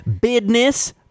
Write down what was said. business